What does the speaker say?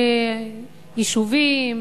יישובים,